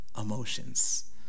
emotions